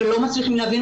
אני לא בא אליך בטענה.